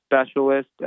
specialist